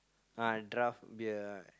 ah draft beer right